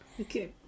okay